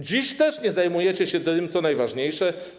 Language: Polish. Dziś też nie zajmujecie się tym, co najważniejsze.